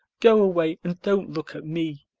go away and don't look at me.